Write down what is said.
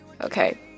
Okay